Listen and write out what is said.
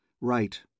Right